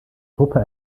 gruppe